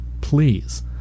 Please